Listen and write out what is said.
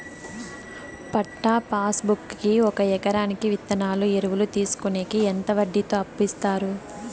పట్టా passbook కి ఒక ఎకరాకి విత్తనాలు, ఎరువులు తీసుకొనేకి ఎంత వడ్డీతో అప్పు ఇస్తారు?